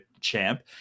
champ